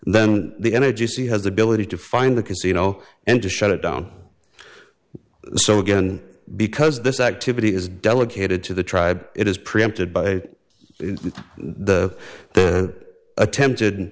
then the energy c has the ability to find the casino and to shut it down so again because this activity is delegated to the tribe it is preempted by the the attempted